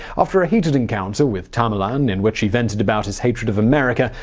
after a heated encounter with tamerlan in which he vented about his hatred of america,